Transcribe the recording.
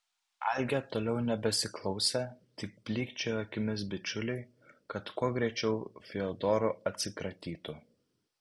algė toliau nebesiklausė tik blykčiojo akimis bičiuliui kad kuo greičiau fiodoru atsikratytų